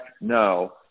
no